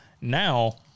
Now